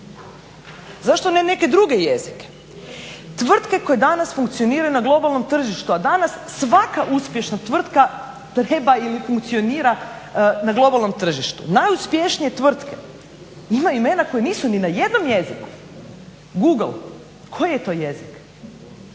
Zašto ne neke druge jezike. Tvrtke koje danas funkcioniraju na globalnom tržištu, a danas svaka uspješna tvrtka treba ili funkcionira na globalnom tržištu. Najuspješnije tvrtke, ima imena koja nisu ni na jednom jeziku. Google? Koji je to jezik?